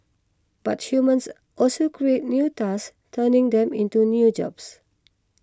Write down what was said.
but humans also create new tasks turning them into new jobs